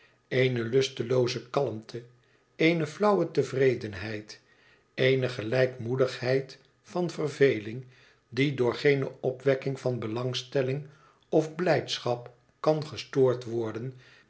eene lustelooze kalmte eene flauwe tevredenheid eene gelijkmoedigheid van verveling die door geene opwekking van belangstelling of blijdschap kan gestoord worden